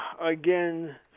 Again